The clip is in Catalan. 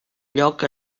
lloc